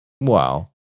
Wow